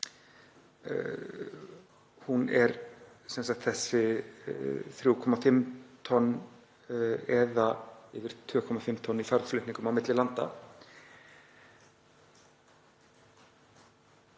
Hún er sem sagt 3,5 tonn eða 2,5 tonn í farmflutningum á milli landa.